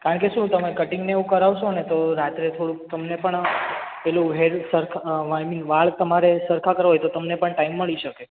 કારણકે શું તમને કટિંગને એવું કરાવશોને તો રાત્રે થોડુંક તમને પણ પેલું હેર સરખા આઈ મીન વાળ તમારે કરવા હોય તો તમને પણ ટાઇમ મળી શકે